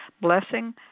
blessing